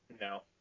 No